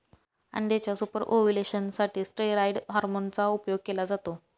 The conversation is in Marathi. अंड्याच्या सुपर ओव्युलेशन साठी स्टेरॉईड हॉर्मोन चा उपयोग केला जातो